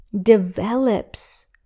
develops